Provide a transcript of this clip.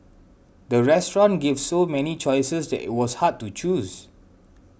the restaurant gave so many choices that it was hard to choose